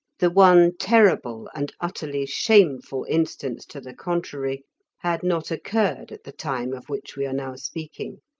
the one terrible and utterly shameful instance to the contrary had not occurred at the time of which we are now speaking,